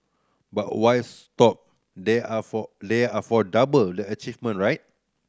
but why stop there are for there are for double the achievement right